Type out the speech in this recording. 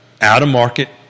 out-of-market